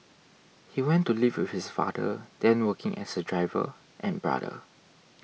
he went to live with his father then working as a driver and brother